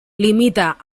limita